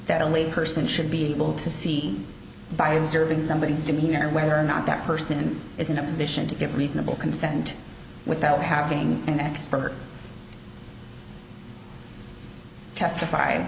that only person should be able to see by observing somebody's demeanor whether or not that person is in a position to give reasonable consent without having an expert testify